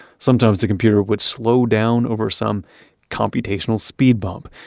sometimes the computer would slow down over some computational speed bump.